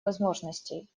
возможностей